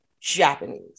Japanese